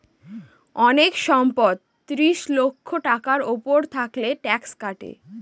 অনেক সম্পদ ত্রিশ লক্ষ টাকার উপর থাকলে ট্যাক্স কাটে